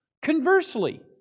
Conversely